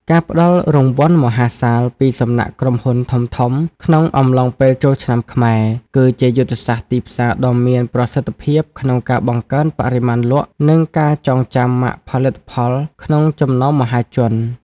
ការផ្តល់រង្វាន់មហាសាលពីសំណាក់ក្រុមហ៊ុនធំៗក្នុងអំឡុងពេលចូលឆ្នាំខ្មែរ គឺជាយុទ្ធសាស្ត្រទីផ្សារដ៏មានប្រសិទ្ធភាពក្នុងការបង្កើនបរិមាណលក់ និងការចងចាំម៉ាកផលិតផលក្នុងចំណោមមហាជន។